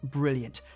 brilliant